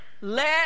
Let